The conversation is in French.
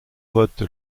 vote